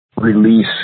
release